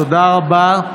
תודה רבה.